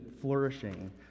flourishing